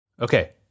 Okay